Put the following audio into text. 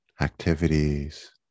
activities